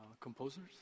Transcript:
composers